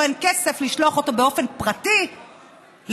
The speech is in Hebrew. אין כסף לשלוח אותו באופן פרטי למכונים,